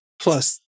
plus